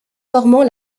formant